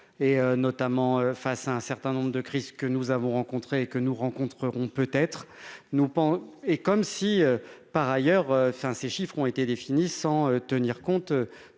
et notamment face à un certain nombre de crises que nous avons rencontrés que nous rencontrerons peut être nous pend et comme si, par ailleurs, enfin, ces chiffres ont été définis, sans tenir compte